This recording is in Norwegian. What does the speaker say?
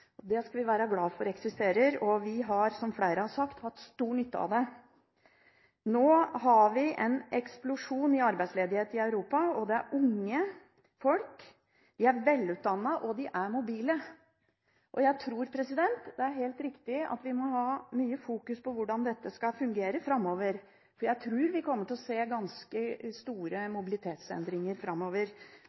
og det skal vi være glade for at eksisterer, og vi har, som flere har sagt, hatt stor nytte av det. Nå har vi en eksplosjon i arbeidsledighet i Europa. Det er unge folk, de er velutdannet, og de er mobile. Jeg tror det er helt riktig at vi må ha mye fokus på hvordan dette skal fungere framover. Jeg tror vi kommer til å se ganske store mobilitetsendringer framover